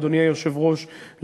אדוני היושב-ראש,